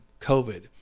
COVID